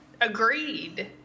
agreed